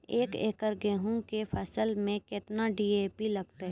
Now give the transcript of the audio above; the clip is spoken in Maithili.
एक एकरऽ गेहूँ के फसल मे केतना डी.ए.पी लगतै?